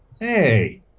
hey